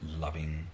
loving